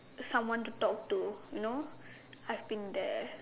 someone to talk to you know I've been there